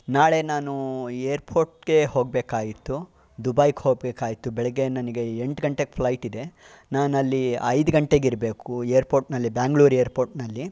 ನಾಳೆ ನಾನು ಏರ್ಪೋರ್ಟ್ಗೆ ಹೋಗ್ಬೇಕಾಗಿತ್ತು ದುಬಾಯ್ ಹೋಗ್ಬೇಕಾಯ್ತು ಬೆಳಗ್ಗೆ ನನಗೆ ಎಂಟು ಗಂಟೆಗೆ ಫ್ಲೈಟ್ ಇದೆ ನಾನು ಅಲ್ಲಿ ಐದು ಗಂಟೆಗಿರಬೇಕು ಏರ್ಪೋರ್ಟ್ನಲ್ಲಿ ಬೆಂಗ್ಳೂರು ಏರ್ಪೋರ್ಟ್ನಲ್ಲಿ